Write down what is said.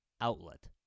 outlet